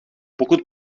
pokud